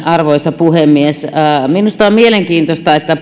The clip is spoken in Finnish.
arvoisa puhemies minusta on mielenkiintoista että